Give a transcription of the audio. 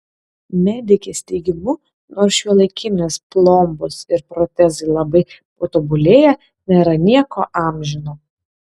medikės teigimu nors šiuolaikinės plombos ir protezai labai patobulėję nėra nieko amžino